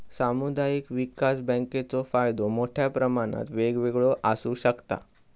सामुदायिक विकास बँकेचो फायदो मोठ्या प्रमाणात वेगवेगळो आसू शकता